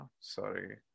sorry